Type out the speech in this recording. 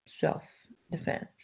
self-defense